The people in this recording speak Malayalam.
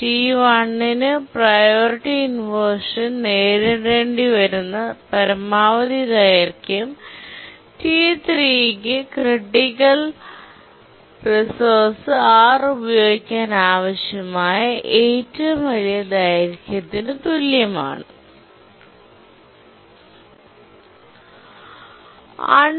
T1 ന് പ്രിയോറിറ്റി ഇൻവെർഷൻ നേരിടേണ്ടിവരുന്ന പരമാവധി ദൈർഘ്യം T3 ന് ക്രിട്ടിക്കൽ റിസോഴ്സ് R ഉപയോഗിക്കാൻ ആവശ്യമായ ഏറ്റവും വലിയ ദൈർഘ്യത്തിന് തുല്യമാണിത്